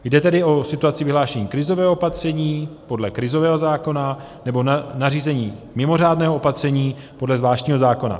Jde tedy o situaci vyhlášení krizového opatření podle krizového zákona nebo nařízení mimořádného opatření podle zvláštního zákona.